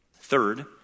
Third